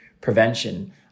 prevention